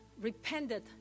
repented